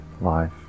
life